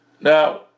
Now